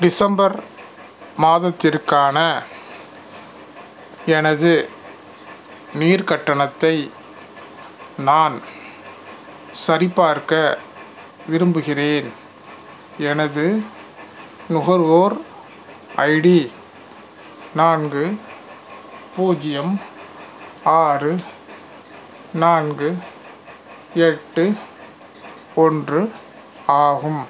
December மாதத்திற்கான எனது நீர் கட்டணத்தை நான் சரிப்பார்க்க விரும்புகிறேன் எனது நுகர்வோர் ஐடி நான்கு பூஜ்ஜியம் ஆறு நான்கு எட்டு ஒன்று ஆகும்